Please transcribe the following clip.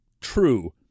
true